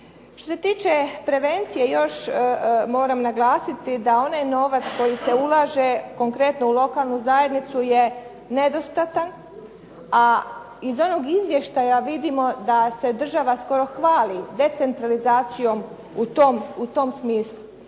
Što se tiče prevencije još moram naglasiti da onaj novac koji se ulaže konkretno u lokalnu zajednicu je nedostatan a iz onog izvještaja vidimo da se država skoro hvali decentralizacijom u tom smislu.